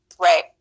Right